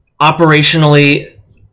operationally